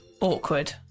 Awkward